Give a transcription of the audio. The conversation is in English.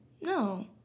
No